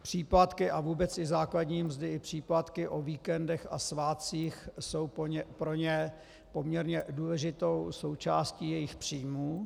Příplatky a vůbec i základní mzdy, příplatky o víkendech a svátcích jsou pro ně poměrně důležitou součástí jejich příjmů.